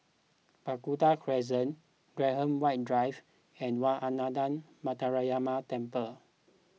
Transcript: Burgundy Crescent Graham White Drive and Wat Ananda Metyarama Temple